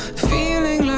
feeling